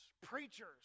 preachers